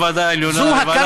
עם הוועדה העליונה וועדת תכנון,